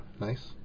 nice